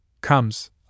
comes